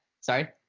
Sorry